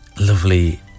lovely